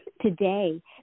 today